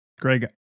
Greg